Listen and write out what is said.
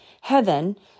heaven